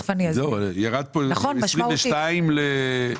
ירד פה מ-22 --- נכון, משמעותית.